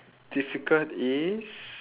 difficult is